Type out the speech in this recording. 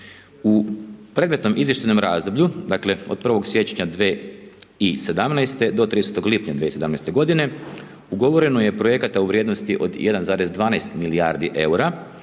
U predmetnom izvještajnom razdoblju, dakle od 1. siječnja 2017. do 30. lipnja 2017. godine, ugovoreno je projekata u vrijednosti od 1,12 milijardi eura,